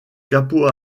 capot